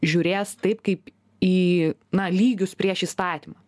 žiūrės taip kaip į na lygius prieš įstatymą